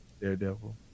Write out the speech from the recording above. Daredevil